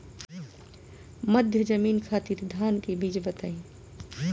मध्य जमीन खातिर धान के बीज बताई?